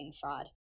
fraud